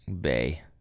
Bay